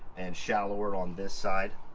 and shallower on this side